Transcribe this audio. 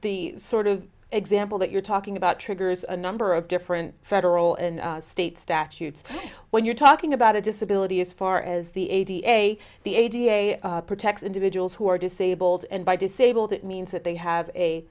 the sort of example that you're talking about triggers a number of different federal and state statutes when you're talking about a disability as far as the eighty a the a d a s protects individuals who are disabled and by disabled it means that they have a